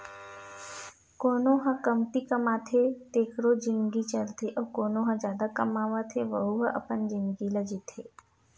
कोनो ह कमती कमाथे तेखरो जिनगी चलथे अउ कोना ह जादा कमावत हे वहूँ ह अपन जिनगी ल जीथे